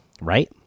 right